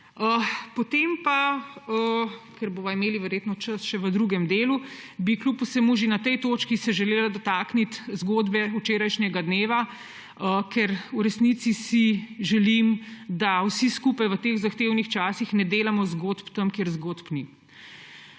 Ker bova imeli verjetno čas še v drugem delu, bi se kljub vsemu že na tej točki želela dotakniti zgodbe včerajšnjega dneva, ker si v resnici želim, da vsi skupaj v teh zahtevnih časih ne delamo zgodb tam, kjer zgodb ni.